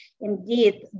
indeed